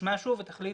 תשמע שוב ותחליט.